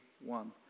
one